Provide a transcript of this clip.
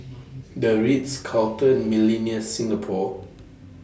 The Ritz Carlton Millenia Singapore